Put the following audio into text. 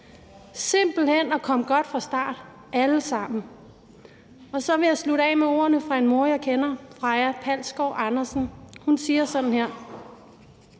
simpelt hen at komme godt fra start alle sammen. Så vil jeg slutte af med ordene fra en mor, jeg kender. Hun hedder Freja Palsgaard Andersen og siger sådan her: